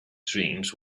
dreams